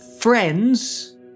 friends